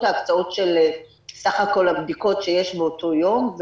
ההקצאות של סך כל הבדיקות שיש באותו יום.